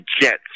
Jets